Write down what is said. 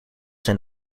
zijn